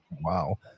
Wow